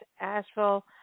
Asheville